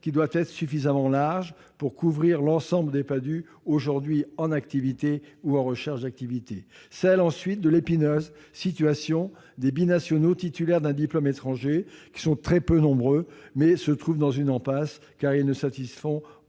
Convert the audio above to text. doit être suffisamment large pour couvrir l'ensemble des Padhue aujourd'hui en activité ou en recherche d'activité. Ensuite, vient la question, épineuse, des binationaux titulaires d'un diplôme étranger. Ils sont très peu nombreux, mais se retrouvent dans une impasse, car ils ne satisfont